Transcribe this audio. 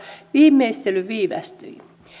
viimeistely viivästyi